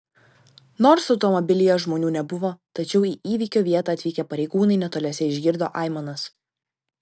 nors automobilyje žmonių nebuvo tačiau į įvykio vietą atvykę pareigūnai netoliese išgirdo aimanas